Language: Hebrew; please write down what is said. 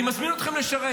אני מזמין אתכם לשרת.